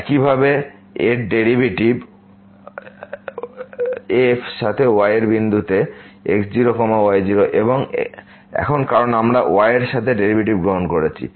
একইভাবে এর derivative f সাথে y এর বিন্দুতে x0y0 এবং এখন কারণ আমরা y এর সাথে ডেরিভেটিভ গ্রহণ করছি